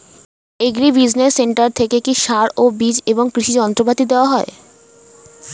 Agri business centre থেকে কি সার ও বিজ এবং কৃষি যন্ত্র পাতি দেওয়া হয়?